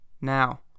Now